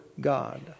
God